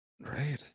Right